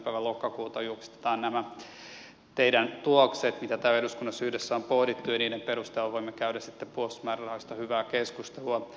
päivä lokakuuta julkistetaan nämä teidän tuloksenne mitä täällä eduskunnassa yhdessä on pohdittu ja niiden perusteella voimme käydä sitten puolustusmäärärahoista hyvää keskustelua